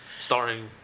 Starring